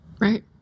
Right